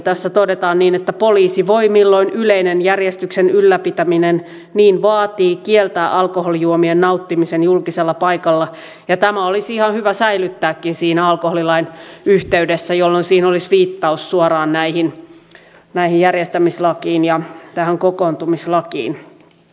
tässä todetaan niin että poliisi voi milloin yleinen järjestyksen ylläpitäminen niin vaatii kieltää alkoholijuomien nauttimisen julkisella paikalla ja tämä olisi ihan hyvä säilyttääkin siinä alkoholilain yhteydessä jolloin siinä olisi viittaus suoraan näihin järjestämislakiin ja kokoontumislakiin